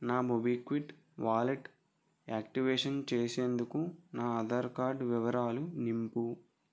నా MobiKwik wallet activation చేసేందుకు నా ఆధార్ కార్డు వివరాలు నింపు